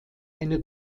eine